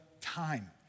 time